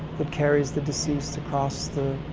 that carries the deceased across the, ah,